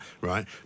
right